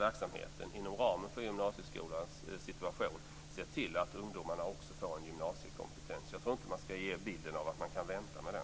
verksamheten inom ramen för gymnasieskolans situation ska se till att ungdomarna också får en gymnasiekompetens. Jag tror inte att man ska ge bilden av att man kan vänta med den.